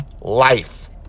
life